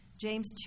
James